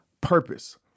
purpose